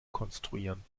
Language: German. konstruieren